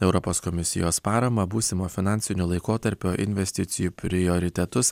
europos komisijos paramą būsimo finansinio laikotarpio investicijų prioritetus